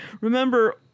remember